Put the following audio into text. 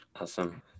awesome